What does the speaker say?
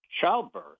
childbirth